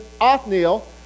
Othniel